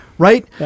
Right